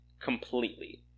completely